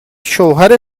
شوهر